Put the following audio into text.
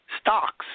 Stocks